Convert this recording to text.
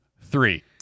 three